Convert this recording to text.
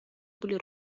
были